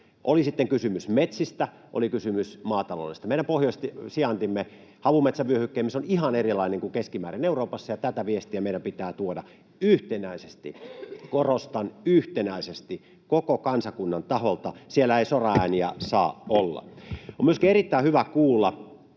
oli sitten kysymys metsistä, oli kysymys maataloudesta. Meidän pohjoinen sijaintimme, havumetsävyöhykkeemme, on ihan erilainen kuin keskimäärin alueet Euroopassa, ja tätä viestiä meidän pitää tuoda yhtenäisesti — korostan: yhtenäisesti — koko kansakunnan taholta. Siellä ei soraääniä saa olla. On myöskin erittäin hyvä kuulla,